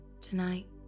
tonight